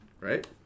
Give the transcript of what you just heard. Right